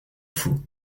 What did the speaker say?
faut